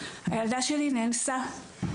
הילדה שלי נאנסה,